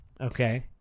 okay